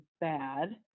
bad